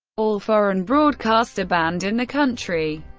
all foreign broadcasts are banned in the country.